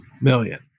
million